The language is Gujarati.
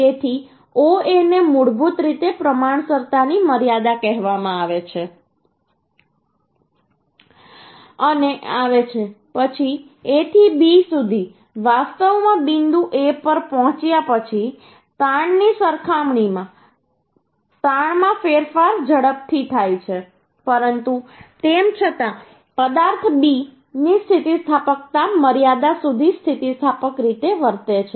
તેથી OA ને મૂળભૂત રીતે પ્રમાણસરતા ની મર્યાદા કહેવામાં આવે છે પછી A થી B સુધી વાસ્તવમાં બિંદુ A પર પહોંચ્યા પછી તાણની સરખામણીમાં તાણમાં ફેરફાર ઝડપથી થાય છે પરંતુ તેમ છતાં પદાર્થ B ની સ્થિતિસ્થાપક મર્યાદા સુધી સ્થિતિસ્થાપક રીતે વર્તે છે